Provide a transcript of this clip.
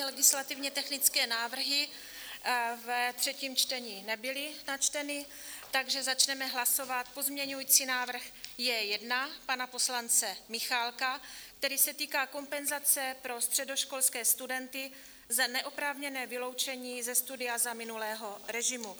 Legislativně technické návrhy ve třetím čtení nebyly načteny, takže začneme hlasovat pozměňovací návrh J1 pana poslance Michálka, který se týká kompenzace pro středoškolské studenty za neoprávněné vyloučení ze studia za minulého režimu.